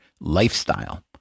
lifestyle